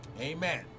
Amen